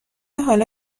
حالا